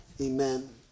Amen